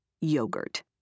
Yogurt